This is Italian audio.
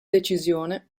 decisione